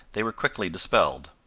they were quickly dispelled.